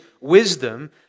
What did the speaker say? wisdom